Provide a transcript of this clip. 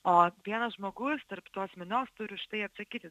o vienas žmogus tarp tos minios turi už tai atsakyti